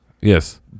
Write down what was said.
Yes